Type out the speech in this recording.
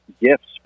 gifts